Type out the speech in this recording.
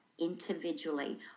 individually